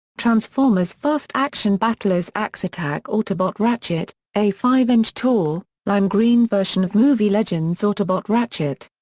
transformers fast action battlers axe attack autobot ratchet a five inch tall, lime green version of movie legends autobot ratchet.